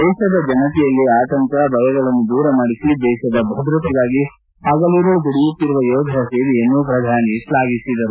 ದೇಶದ ಜನತೆಯಲ್ಲಿ ಆತಂಕ ಭಯಗಳನ್ನು ದೂರ ಮಾಡಿಸಿ ದೇಶದ ಭದ್ರತೆಗಾಗಿ ಪಗಲಿರುಳು ದುಡಿಯುತ್ತಿರುವ ಯೋಧರ ಸೇವೆಯನ್ನು ಪ್ರಧಾನಿ ಶ್ಲಾಘಿಸಿದರು